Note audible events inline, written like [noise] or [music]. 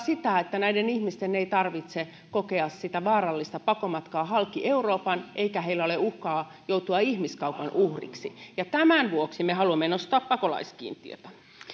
[unintelligible] sitä että näiden ihmisten ei tarvitse kokea sitä vaarallista pakomatkaa halki euroopan eikä heillä ole uhkaa joutua ihmiskaupan uhriksi tämän vuoksi me haluamme nostaa pakolaiskiintiötä